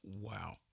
Wow